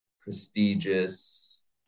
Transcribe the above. prestigious